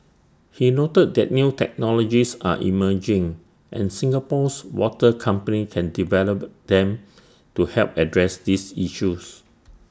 he noted that new technologies are emerging and Singapore's water companies can develop them to help address these issues